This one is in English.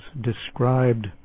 described